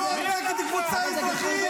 לא ניתן לך לדבר ככה.